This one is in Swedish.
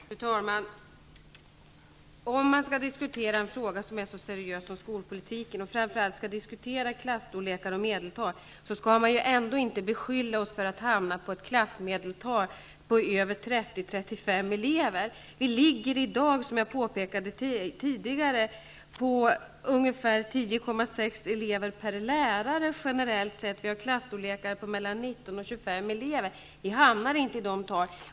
Fru talman! Om man skall diskutera en så seriös fråga som skolpolitiken och framför allt diskutera klasstorlekar och elevmedeltal, skall man ändå inte tala om klassmedeltal på över 30 eller 35 elever. Som jag påpekade tidigare har vi i dag ungefär 10,6 elever per lärare generellt sett. Vi har klasstorlekar på mellan 19 och 25 elever.